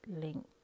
link